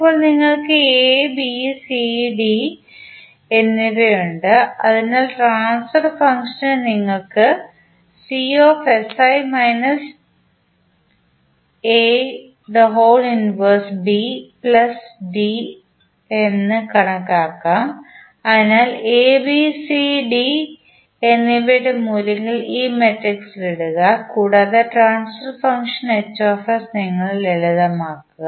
ഇപ്പോൾ നിങ്ങൾക്ക് A B C D എന്നിവയുണ്ട് അതിനാൽ ട്രാൻസ്ഫർ ഫംഗ്ഷന് നിങ്ങൾക്ക് എന്ന് കണക്കാക്കാം അതിനാൽ എ ബി സി ഡി എന്നിവയുടെ മൂല്യങ്ങൾ ഈ മട്രിക്സിൽ ഇടുക കൂടാതെ ട്രാൻസ്ഫർ ഫംഗ്ഷൻ H നിങ്ങൾ ലളിതമാക്കുക